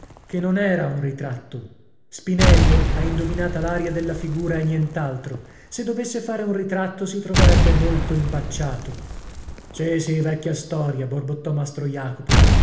che non era un ritratto spinello ha indovinata l'aria della figura e nient'altro se dovesse fare un ritratto si troverebbe molto impacciato sì sì vecchia storia borbottò mastro jacopo